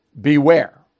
beware